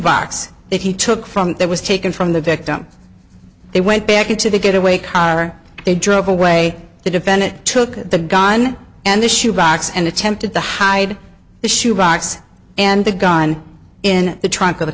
box that he took from that was taken from the victim they went back into the getaway car they drove away the defendant took the gun and the shoe box and attempted to hide the shoe box and the gun in the trunk of the